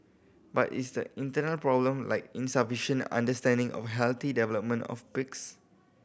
but it's the internal problem like insufficient understanding of healthy development of pigs